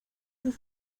sus